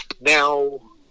Now